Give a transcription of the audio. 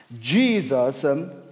Jesus